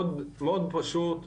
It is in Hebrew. מאוד פשוט,